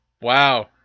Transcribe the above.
Wow